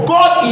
God